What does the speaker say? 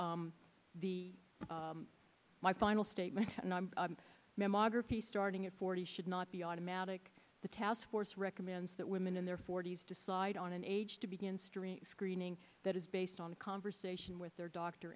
that the my final statement men moderate the starting at forty should not be automatic the task force recommends that women in their forty's decide on an age to begin street screening that is based on a conversation with their doctor